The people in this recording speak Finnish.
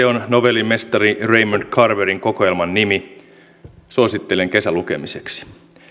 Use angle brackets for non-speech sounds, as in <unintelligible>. <unintelligible> on novellin mestari raymond carverin kokoelman nimi suosittelen kesälukemiseksi